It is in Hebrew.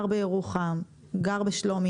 גם בירוחם או בשלומי,